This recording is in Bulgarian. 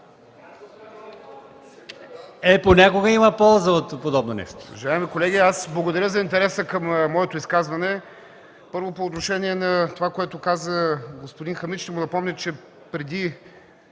понякога има полза от подобно нещо.